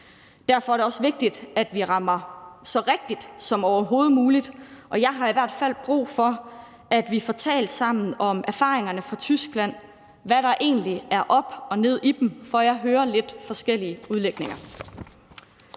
Derfor er det også vigtigt, at vi rammer så rigtigt som overhovedet muligt, og jeg har i hvert fald brug for, at vi får talt sammen om erfaringerne fra Tyskland, om, hvad der egentlig er op og ned i dem, for jeg hører lidt forskellige udlægninger.